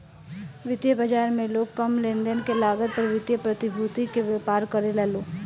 वित्तीय बाजार में लोग कम लेनदेन के लागत पर वित्तीय प्रतिभूति के व्यापार करेला लो